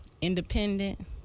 independent